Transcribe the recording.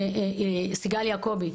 סיגל יעקובי.